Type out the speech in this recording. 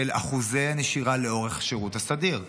של אחוזי נשירה לאורך השירות הסדיר,